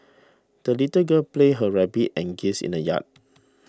the little girl played her rabbit and geese in the yard